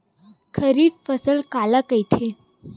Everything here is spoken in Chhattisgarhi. खरीफ फसल काला कहिथे?